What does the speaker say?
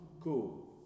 Cool